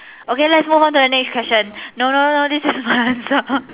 okay let's move on to the next question okay no no no this is my answer